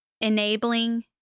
enabling